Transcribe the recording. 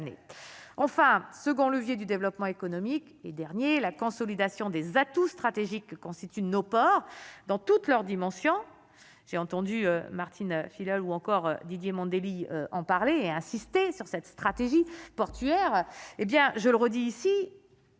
enfin, second levier du développement économique et dernier la consolidation des atouts stratégiques constituent nos ports dans toutes leurs dimensions, j'ai entendu Martine ou encore Didier Mandelli en parler et insisté sur cette stratégie portuaire, hé bien, je le redis ici.